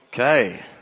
Okay